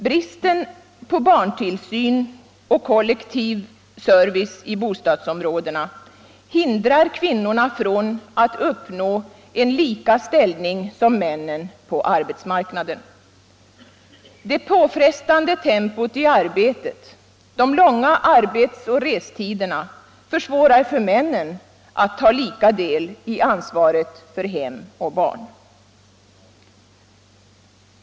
Bristen på barntillsyn och kollektiv service i bostadsområdena hindrar kvinnorna från att uppnå en lika ställning som männen på arbetsmarknaden. Det påfrestande tempot i arbetet och de långa arbetsoch restiderna försvårar för männen att ta lika del i ansvaret för hem och barn.